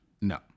No